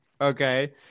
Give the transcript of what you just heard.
Okay